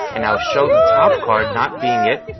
and now show the top card not being it,